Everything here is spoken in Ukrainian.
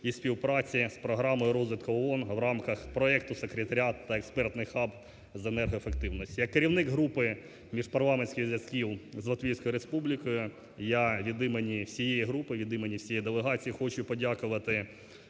і співпраці з програмою розвитку ООН в рамках проекту "Секретаріат та Експертний хаб з енергоефективності". Як керівник групи міжпарламентських зв'язків з Латвійською Республікою я від імені всієї групи, від імені всієї делегації хочу подякувати